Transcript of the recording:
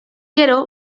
gero